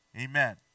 Amen